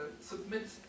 submit